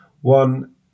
one